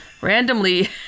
randomly